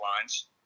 lines